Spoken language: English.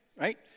right